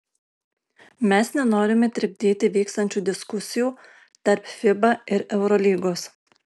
mes nenorime trikdyti vykstančių diskusijų tarp fiba ir eurolygos